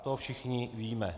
To všichni víme.